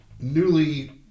newly